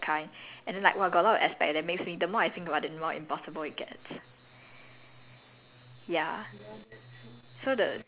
got stairs [one] so if my parents are old already are they able to climb the stairs that kind and then like !wah! got a lot of aspect that makes me freedom the more I think about it the more impossible it gets